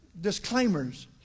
disclaimers